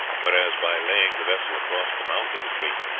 whereas, by laying the vessel across the mouth of the creek,